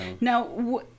now